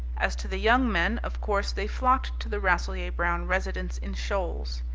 as to the young men, of course they flocked to the rasselyer-brown residence in shoals.